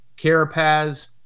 Carapaz